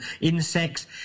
insects